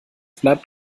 bleibt